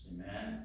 Amen